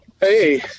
Hey